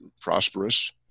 prosperous